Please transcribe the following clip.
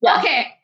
okay